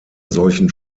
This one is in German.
solchen